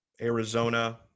Arizona